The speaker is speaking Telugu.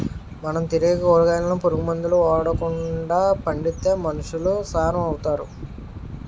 మనం తినే కూరగాయలను పురుగు మందులు ఓడకండా పండిత్తే మనుసులు సారం అవుతారు